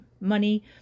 money